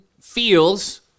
feels